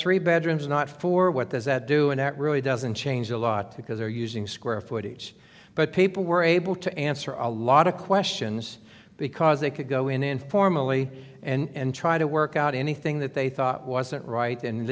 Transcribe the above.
three bedrooms not for what does that do and it really doesn't change a lot because they're using square footage but people were able to answer a lot of questions because they could go in informally and try to work out anything that they thought wasn't right and